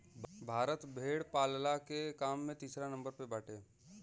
भारत भेड़ पालला के काम में तीसरा नंबर पे बाटे